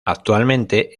actualmente